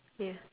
ya